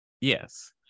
Yes